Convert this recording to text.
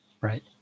right